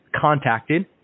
contacted